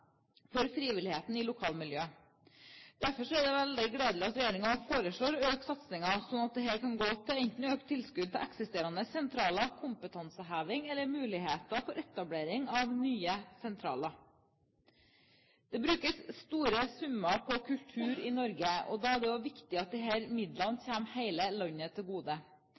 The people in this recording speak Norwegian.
for frivilligheten i lokalmiljøet. Derfor er det veldig gledelig at regjeringen foreslår å øke satsingen, slik at dette kan gå til enten økt tilskudd til eksisterende sentraler, kompetanseheving eller muligheter for etablering av nye sentraler. Det brukes store summer på kultur i Norge, og da er det også viktig at disse midlene kommer hele landet til gode.